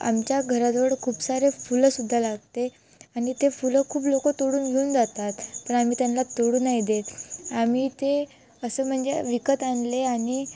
आमच्या घराजवळ खूप सारे फुलंसुद्धा लागते आणि ते फुलं खूप लोकं तोडून घेऊन जातात पण आम्ही त्यांना तोडू नाही देत आम्ही ते असं म्हणजे विकत आणले आणि